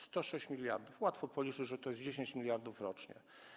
106 mld - łatwo policzyć, że to jest 10 mld rocznie.